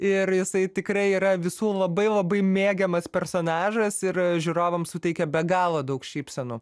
ir jisai tikrai yra visų labai labai mėgiamas personažas ir žiūrovams suteikia be galo daug šypsenų